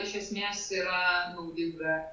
iš esmės yra naudinga